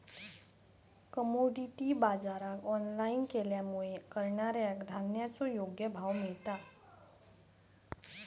commodity बाजराक online केल्यामुळे करणाऱ्याक धान्याचो योग्य भाव मिळता